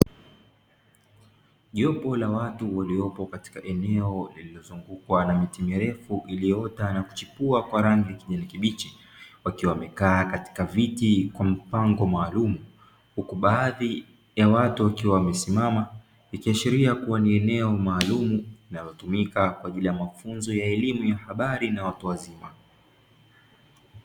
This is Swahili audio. Jopo la watu waliopo katika eneo lilizungukwa na waliokaa katika viti kwa mpango maalumu huku baadhi ya watu wakiwa wamesimama ikiashiria ni eneo maalumu kwa ajili ya mafunzo ya habari na watu wazima.